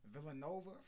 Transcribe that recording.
Villanova